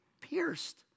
pierced